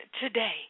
today